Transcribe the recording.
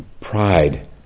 pride